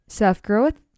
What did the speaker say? self-growth